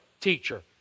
teacher